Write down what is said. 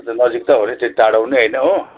अनि त नजिक त हो नि त्यति टाढो पनि होइन हो